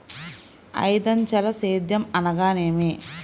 ఐదంచెల సేద్యం అనగా నేమి?